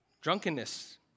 drunkenness